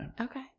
Okay